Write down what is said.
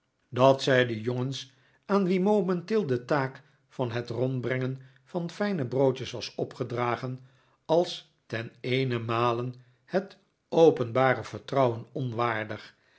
dat zij de jongens aan wie momenteel de taak van het rondbrengen van fijne broodjes was opgedragen als ten eenenmale het openbare vertrouwen onwaardig